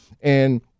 And-